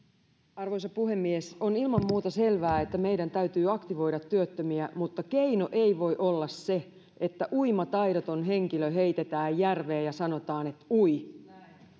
arvoisa puhemies on ilman muuta selvää että meidän täytyy aktivoida työttömiä mutta keino ei voi olla se että uimataidoton henkilö heitetään järveen ja sanotaan että ui